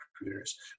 recruiters